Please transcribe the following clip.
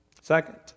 Second